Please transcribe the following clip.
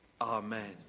Amen